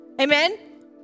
Amen